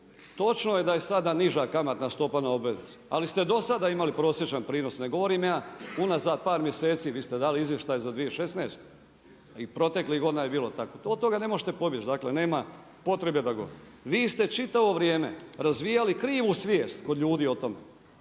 Točno je da je sada niža kamatna stopa na obveznice ali ste do sada imali prosječan prinos, ne govorim ja unazad par mjeseci, vi ste dali izvještaj za 2016. I proteklih godina je bilo tako, od toga ne možete pobjeći, dakle nema potrebe da govorim. Vi ste čitavo vrijeme razvijali krivu svijest kod ljudi o tome